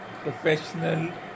professional